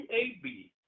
UAB